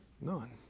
None